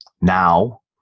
Now